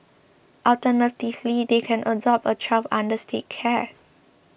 alternatively they can adopt a child under State care